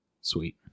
Sweet